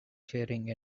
sharing